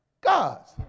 gods